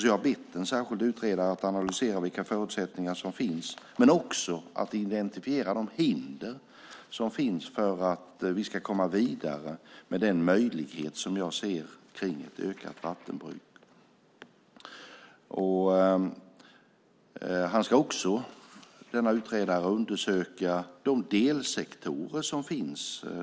Jag har bett en särskild utredare att analysera vilka förutsättningar som finns men också att identifiera de hinder som finns för att vi ska komma vidare med de möjligheter som jag ser med ett ökat vattenbruk. Denna utredare ska också undersöka de delsektorer som finns.